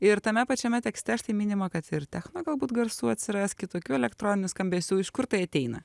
ir tame pačiame tekste štai minima kad ir techno galbūt garsų atsiras kitokių elektroninių skambesių iš kur tai ateina